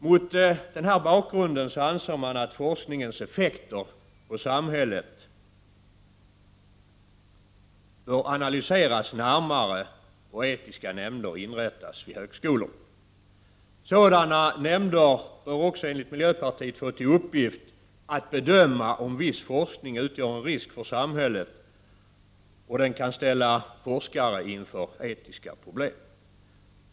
Mot denna bakgrund anser man att forskningens effekter på samhället bör analyseras närmare och etiska nämnder inrättas vid högskolorna. Sådana nämnder bör enligt miljöpartiet få till uppgift att bedöma om viss forskning utgör en risk för samhället, och den kan ställa forskare inför etiska problem.